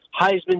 Heisman